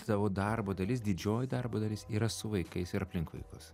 tavo darbo dalis didžioji darbo dalis yra su vaikais ir aplink vaikus